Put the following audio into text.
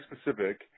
specific